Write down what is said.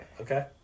Okay